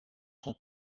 son